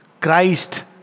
Christ